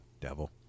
devil